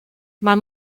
man